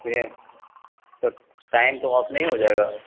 छः पर टाइम तो ऑफ नहीं हो जायेगा